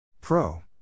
Pro